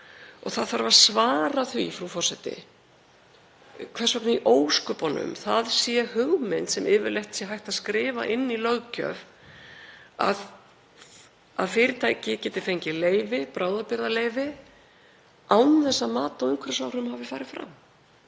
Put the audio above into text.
Það þarf að svara því, frú forseti, hvers vegna í ósköpunum það sé hugmynd sem yfirleitt sé hægt að skrifa inn í löggjöf að fyrirtæki geti fengið bráðabirgðaleyfi án þess að mat á umhverfisáhrifum hafi farið fram.